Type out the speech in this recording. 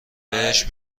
بهش